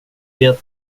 vet